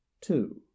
two